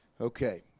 Okay